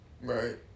Right